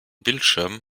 bildschirm